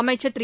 அமைச்சர் திரு